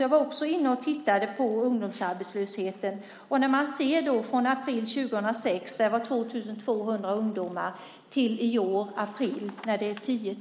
Jag var också inne och tittade på ungdomsarbetslösheten. Och när man ser från april 2006, då det var 2 200 ungdomar, till april i år, då det är 10